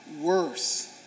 worse